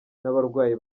n’abarwayi